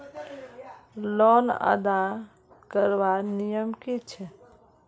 Loan अदा करवार नियम की छे?